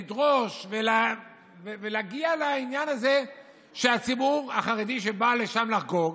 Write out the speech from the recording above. לדרוש ולהגיע לעניין הזה שהציבור החרדי שבא לשם לחגוג,